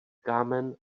kámen